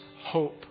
hope